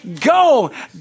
Go